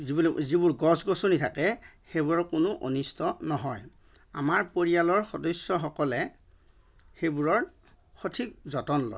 যিবোৰ যিবোৰ গছ গছনি থাকে সেইবোৰৰ কোনো অনিষ্ট নহয় আমাৰ পৰিয়ালৰ সদস্যসকলে সেইবোৰৰ সঠিক যতন লয়